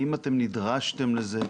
האם אתם נדרשתם לזה?